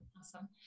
awesome